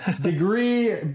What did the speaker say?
degree